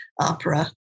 opera